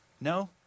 No